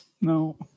no